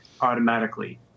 automatically